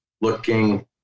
looking